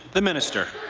the minister.